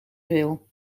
veel